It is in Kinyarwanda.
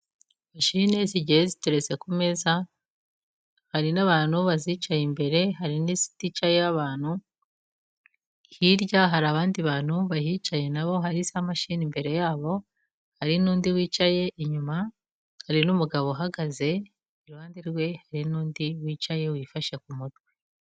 Mashine zigiye ziteretse ku meza, hari n'abantu bazicaye imbere hari n'iziticayeho abantu. Hirya hari abandi bantu bahicaye nabo hari za mashine imbere yabo, hari n'undi wicaye inyuma. Hari n'umugabo uhagaze iruhande rwe hari n'undi wicaye wifashe ku mutwe.